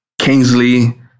Kingsley